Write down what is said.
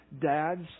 dads